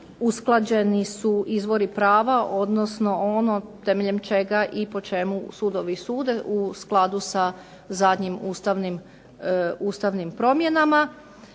usklađeni su izvori prava, odnosno ono temeljem čega i po čemu sudovi sude u skladu sa zadnjim ustavnim promjenama.